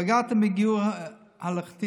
פגעתם בגיור הלכתי,